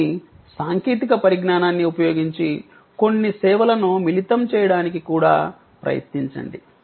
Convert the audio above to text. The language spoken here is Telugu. కానీ సాంకేతిక పరిజ్ఞానాన్ని ఉపయోగించి కొన్ని సేవలను మిళితం చేయడానికి కూడా ప్రయత్నించండి